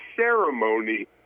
ceremony